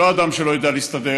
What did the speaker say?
לא אדם שלא יודע להסתדר,